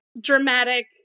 Dramatic